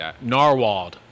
Narwhal